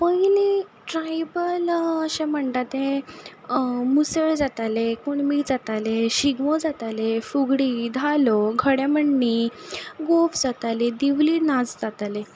पयनीं ट्रायबल अशे म्हणटा ते मुसळ जाताले कुणबी जाताले शिगमो जाताले फुगडी धालो घोडेमोडणी गोफ जाताले दिवली नाच जाताले